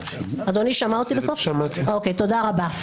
תודה רבה.